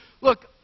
look